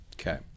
Okay